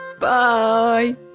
bye